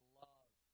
love